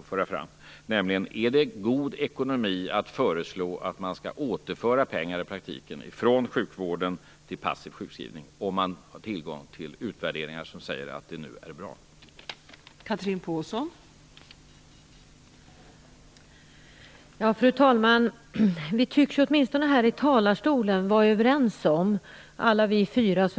att föra fram: Är det god ekonomi att föreslå att man i praktiken skall återföra pengar från sjukvård till passiv sjukskrivning när man har tillgång till utvärderingar som säger att det är bra nu?